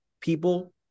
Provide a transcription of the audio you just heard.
people